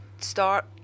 start